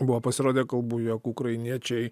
buvo pasirodę kalbų jog ukrainiečiai